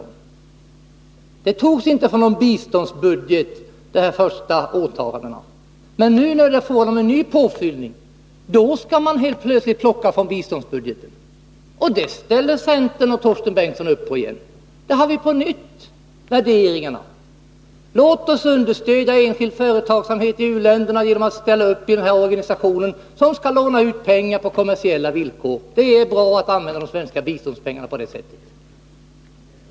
Medlen togs inte från någon biståndsbudget. Men nu, när det är fråga om en ny påfyllning, då skall man helt plötsligt plocka från biståndsbudgeten. Och det ställer centern och Torsten Bengtson upp på igen! Där har vi på nytt värderingarna: Låt oss understödja enskild företagsamhet i u-länderna genom att ställa upp i den här organisationen som skall låna ut pengar på kommersiella villkor — det är bra att använda de svenska biståndspengarna på det sättet.